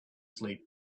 sleep